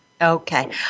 Okay